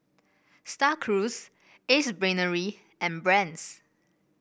Star Cruise Ace Brainery and Brand's